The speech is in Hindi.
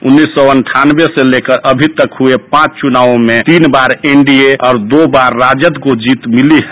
उन्नीस सौ अंठानवे से लेकर अभी तक पांच चुनाव में तीन बार एनडीए और दो बार राजद को जीत मिली है